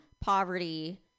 poverty